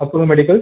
apollo medicals